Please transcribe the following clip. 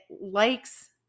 likes